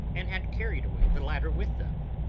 and had carried away the ladder with them.